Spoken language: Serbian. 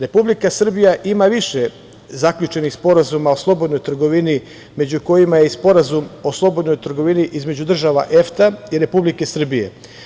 Republika Srbija ima više zaključenih sporazuma o slobodnoj trgovini, među kojima je i Sporazum o slobodnoj trgovini između država EFTA i Republike Srbije.